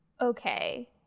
Okay